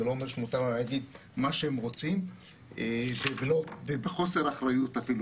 זה לא אומר שמותר להם להגיד מה שהם רוצים ובחוסר אחריות אפילו,